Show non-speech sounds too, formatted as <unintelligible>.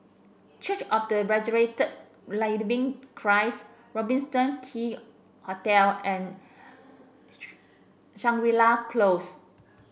church of the Resurrected Living Christ Robertson Quay Hotel and <unintelligible> Shangri La Close